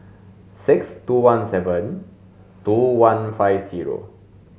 six two one seven two one five zero